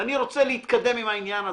ואני רוצה להתקדם עם העניין הזה.